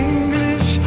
English